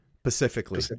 specifically